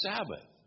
Sabbath